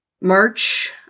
March